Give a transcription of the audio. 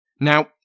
Now